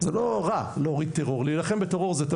זה לא רע להוריד ולהילחם בטרור,